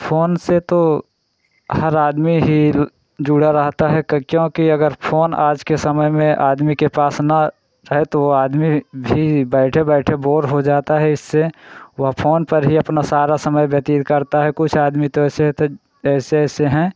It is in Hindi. फ़ोन से तो हर आदमी ही जुड़ा रहता है क्योंकि अगर फ़ोन आज के समय में आदमी के पास ना रहे तो वह आदमी भी बैठे बैठे बोर हो जाता है इससे वह फ़ोन पर ही अपना सारा समय व्यतीत करता है कुछ आदमी तो ऐसे होते ऐसे ऐसे हैं